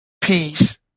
peace